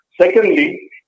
Secondly